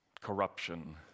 corruption